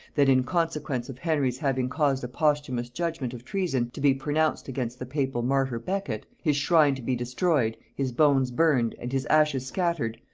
that in consequence of henry's having caused a posthumous judgement of treason to be pronounced against the papal martyr becket, his shrine to be destroyed, his bones burned, and his ashes scattered,